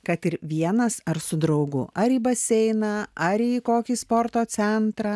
kad ir vienas ar su draugu ar į baseiną ar į kokį sporto centrą